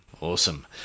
Awesome